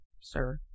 sir